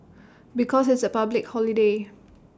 because it's A public holiday